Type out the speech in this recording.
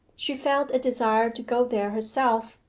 she felt a desire to go there herself,